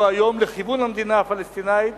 בו היום לכיוון המדינה הפלסטינית,